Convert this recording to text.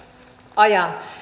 ajan